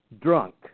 drunk